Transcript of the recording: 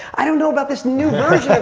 i don't know about this new